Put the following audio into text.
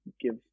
give